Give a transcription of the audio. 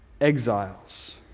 exiles